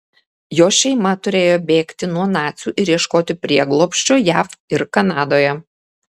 jo šeima turėjo bėgti nuo nacių ir ieškoti prieglobsčio jav ir kanadoje